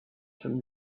from